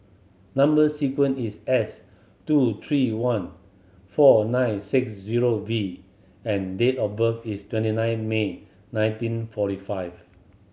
number sequence is S two three one four nine six zero V and date of birth is twenty nine May nineteen forty five